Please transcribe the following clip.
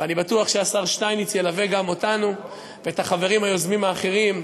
ואני בטוח שהשר שטייניץ ילווה גם אותנו ואת החברים היוזמים האחרים,